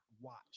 watch